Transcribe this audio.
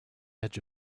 edge